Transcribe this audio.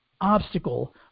obstacle